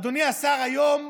אדוני השר, היום,